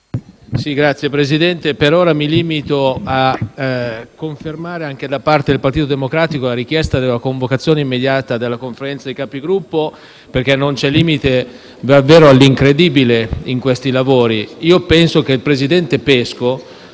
Signor Presidente, per ora mi limito a confermare, anche da parte del Partito Democratico, la richiesta della convocazione immediata della Conferenza dei Capigruppo, perché non c'è davvero limite all'incredibile, in questi lavori. Penso che il presidente Pesco